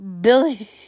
Billy